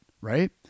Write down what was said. right